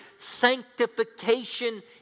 sanctification